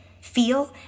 feel